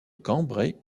cambrai